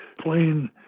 plain